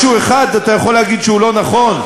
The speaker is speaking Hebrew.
משהו אחד אתה יכול להגיד שהוא לא נכון?